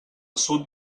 sud